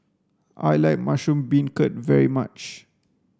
I like mushroom beancurd very much